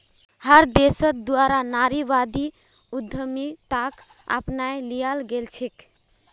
हर देशेर द्वारा नारीवादी उद्यमिताक अपनाए लियाल गेलछेक